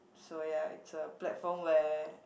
so ya it's a platform where